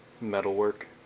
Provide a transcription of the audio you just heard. metalwork